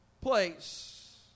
place